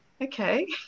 okay